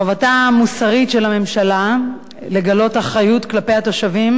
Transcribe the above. חובתה המוסרית של הממשלה לגלות אחריות כלפי התושבים